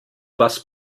was